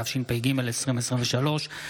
התשפ"ג 2023,